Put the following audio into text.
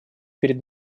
перед